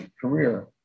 career